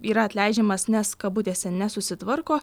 yra atleidžiamas nes kabutėse nesusitvarko